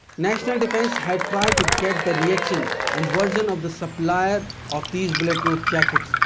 national defence had tried to get the reaction and version of the supplier of these bullet proof jackets,